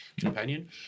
companion